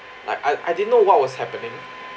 like I I didn't know what was happening